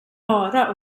bara